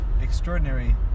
extraordinary